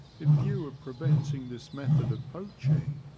in view of preventing this method of poaching,